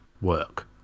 work